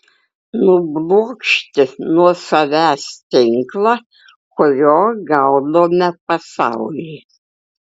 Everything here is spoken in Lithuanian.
nublokšti nuo savęs tinklą kuriuo gaudome pasaulį